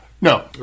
No